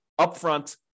upfront